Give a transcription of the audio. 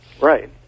Right